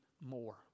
more